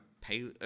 pay